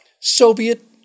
Soviet